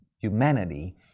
humanity